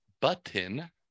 button